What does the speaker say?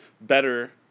better